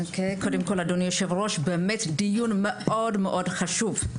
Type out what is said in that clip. קודם כל אדוני היושב-ראש, באמת דיון מאוד חשוב.